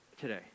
today